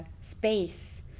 space